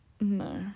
No